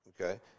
Okay